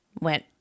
went